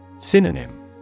Synonym